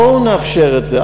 בואו נאפשר את זה.